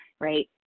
right